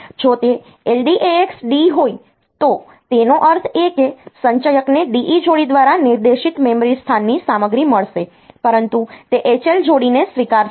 જો તે LDAX D હોય તો તેનો અર્થ એ કે સંચયકને DE જોડી દ્વારા નિર્દેશિત મેમરી સ્થાનની સામગ્રી મળશે પરંતુ તે HL જોડીને સ્વીકારશે નહીં